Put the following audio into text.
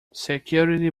security